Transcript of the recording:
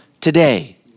today